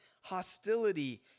hostility